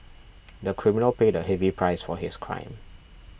the criminal paid a heavy price for his crime